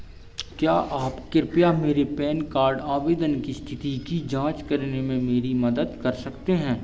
क्या आप कृपया मेरे पैन कार्ड आवेदन की स्थिति की जाँच करने में मेरी मदद कर सकते हैं